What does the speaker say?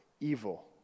evil